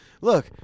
Look